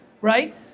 right